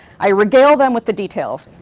i regale them with the details.